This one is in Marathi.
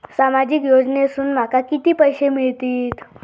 सामाजिक योजनेसून माका किती पैशे मिळतीत?